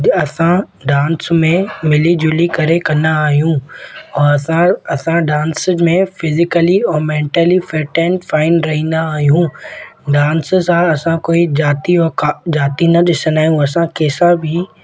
असां डांस में मिली जुली करे कंदा आहियूं और असां असां डांस में फिज़िकली और मेंटली फिट एंड फाइन रहींदा आहियूं डांस सां असां कोई ज़ाति ऐं का ज़ाति न ॾिसंदा आहियूं असां कंहिंसां बि